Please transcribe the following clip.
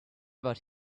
about